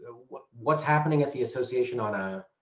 what's what's happening at the association on a